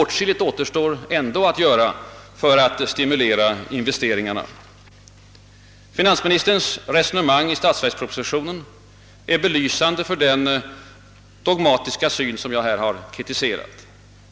Åtskilligt återstår ändå att göra för att stimulera investeringarna. Finansministerns resonemang i statsverkspropositionen är belysande för den dogmatiska syn som jag här har kritiserat.